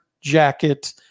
jacket